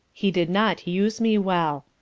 he did not use me well.